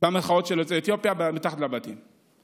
במחאות של יוצאי אתיופיה מתחת לבתים.